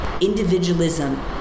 individualism